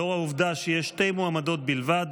לאור העובדה שיש שתי מועמדות בלבד,